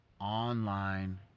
online